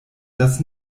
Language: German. das